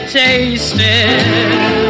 tasted